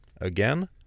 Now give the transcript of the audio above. Again